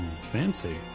Fancy